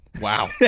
wow